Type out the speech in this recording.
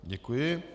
Děkuji.